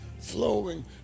flowing